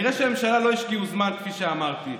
נראה שהממשלה לא השקיעה זמן, כפי שאמרתי.